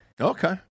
Okay